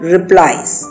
Replies